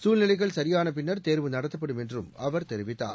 சூழ்நிலைகள் சரியான பின்னர் தேர்வு நடத்தப்படும் என்று அவர் தெரிவித்தார்